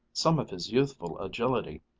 some of his youthful agility,